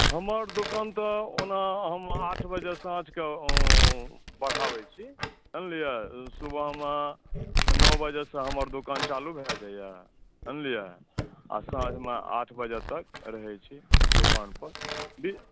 हमर दोकान तऽ ओना हम आठ बजे साँझके बढ़ाबैत छी जानलियै सुबहमे नओ बजेसँ हमर दोकान चालू भए जाइए जानलियै आ साँझमे आठ बजे तक रहैत छी दोकानपर